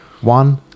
one